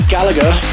Gallagher